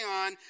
on